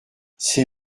ses